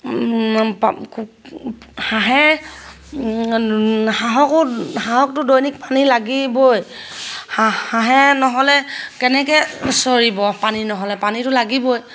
হাঁহে হাঁহকো হাঁহকতো দৈনিক পানী লাগিবই হাঁহে হাঁহে নহ'লে কেনেকৈ চৰিব পানী নহ'লে পানীটো লাগিবই